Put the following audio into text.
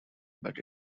but